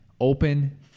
open